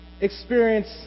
experience